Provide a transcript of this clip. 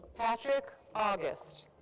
patrick august.